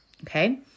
Okay